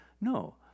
No